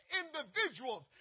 individuals